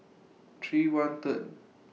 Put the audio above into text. three one Third